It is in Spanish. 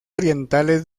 orientales